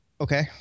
okay